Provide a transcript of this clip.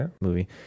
movie